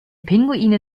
pinguine